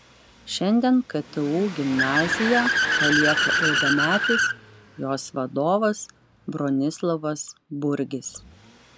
šiandien ktu gimnaziją palieka ilgametis jos vadovas bronislovas burgis